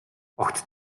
огт